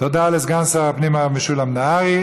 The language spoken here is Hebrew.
תודה לסגן שר הפנים הרב משולם נהרי.